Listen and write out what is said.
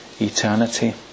Eternity